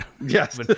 Yes